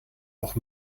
auch